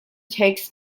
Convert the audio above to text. takes